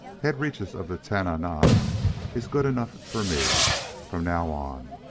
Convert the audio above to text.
head-reaches of the tanana is good enough for me from now on,